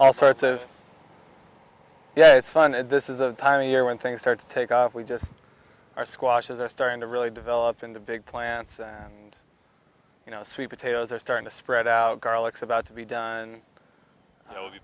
all sorts of yeah it's fun and this is the time of year when things start to take off we just are squashes are starting to really develop into big plants and you know sweet potatoes are starting to spread out garlics about to be done and it will be